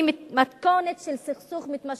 והיא מתכונת של סכסוך מתמשך,